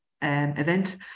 event